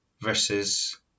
versus